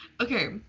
Okay